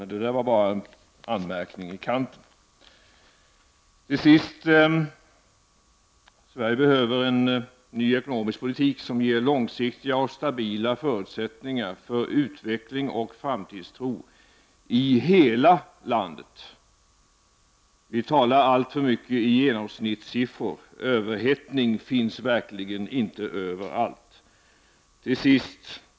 Det här var dock bara en anmärkning i kanten. Sverige behöver en ny ekonomisk politik som ger långsiktiga och stabila förutsättningar för utveckling och framtidstro i hela landet. Vi talar alltför mycket i genomsnittssiffror. Överhettningen finns verkligen inte överallt. Till sist.